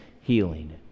healing